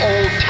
Old